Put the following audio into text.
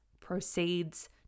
proceeds